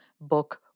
book